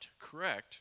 correct